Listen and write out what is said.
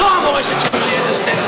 זו המורשת של יולי אדלשטיין.